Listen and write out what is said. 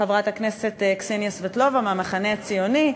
חברת הכנסת קסניה סבטלובה מהמחנה הציוני,